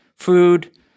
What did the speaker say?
Food